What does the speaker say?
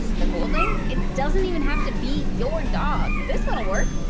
the cool thing? it doesn't even have to be your dog! this one'll work!